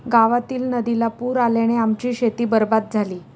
गावातील नदीला पूर आल्याने आमची शेती बरबाद झाली